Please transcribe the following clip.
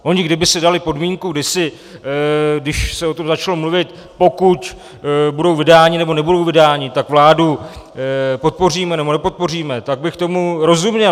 Oni kdyby si dali podmínku kdysi, když se o tom začalo mluvit, pokud budou vydáni, nebo nebudou vydáni, tak vládu podpoříme, nebo nepodpoříme, tak bych tomu rozuměl.